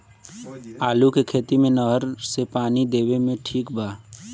आलू के खेती मे नहर से पानी देवे मे ठीक बा?